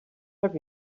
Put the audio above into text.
have